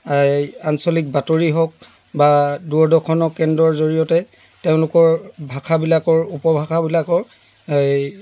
এই আঞ্চলিক বাতৰি হওক বা দুৰদৰ্শনৰ কেন্দ্ৰৰ জড়িয়তে তেওঁলোকৰ ভাষাবিলাকৰ উপভাষাবিলাকৰ